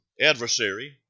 adversary